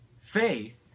faith